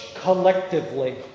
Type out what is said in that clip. collectively